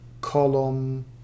column